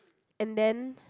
and then